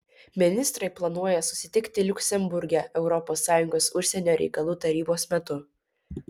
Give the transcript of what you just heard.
ministrai planuoja susitikti liuksemburge europos sąjungos užsienio reikalų tarybos metu